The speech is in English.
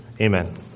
Amen